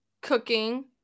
cooking